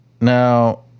Now